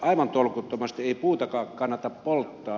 aivan tolkuttomasti ei puutakaan kannata polttaa